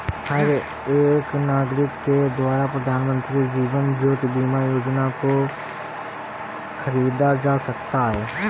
हर एक नागरिक के द्वारा प्रधानमन्त्री जीवन ज्योति बीमा योजना को खरीदा जा सकता है